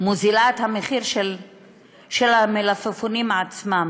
מוזילה את המחיר של המלפפונים עצמם,